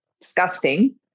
disgusting